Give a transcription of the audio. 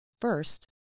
First